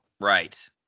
Right